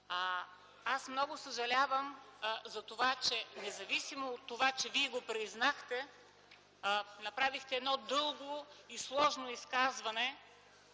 Аз много съжалявам за това, че, независимо от това, Вие го признахте, направихте едно дълго и сложно изказване,